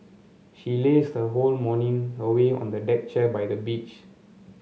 she lazed her whole morning away on a deck chair by the beach